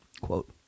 Quote